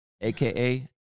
AKA